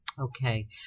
Okay